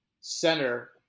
center